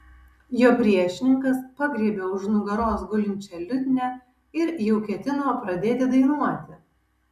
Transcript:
jo priešininkas pagriebė už nugaros gulinčią liutnią ir jau ketino pradėti dainuoti